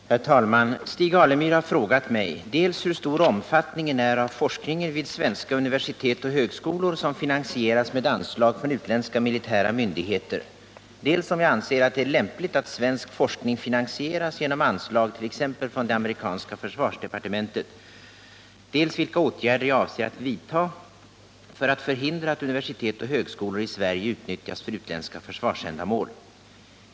Herr taiman! Stig Alemyr har frågat mig dels hur stor omfattningen är av forskningen vid svenska universitet och högskolor som finansieras med anslag från utländska militära myndigheter, dels om jag anser att det är lämpligt att svensk forskning finansieras genom anslag t.ex. från det amerikanska försvarsdepartementet, dels vilka åtgärder jag avser att vidta för att förhindra att universitet och högskolor i Sverige utnyttjas för utländska försvarsändamål.